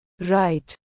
Right